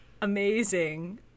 amazing